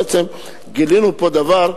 בעצם גילינו פה דבר,